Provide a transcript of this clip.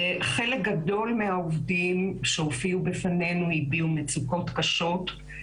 חלק גדול מהעובדים שהופיעו בפנינו הביעו מצוקות קשות.